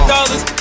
Dollars